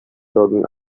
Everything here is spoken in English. talking